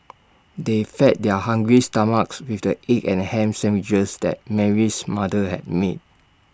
they fed their hungry stomachs with the egg and Ham Sandwiches that Mary's mother had made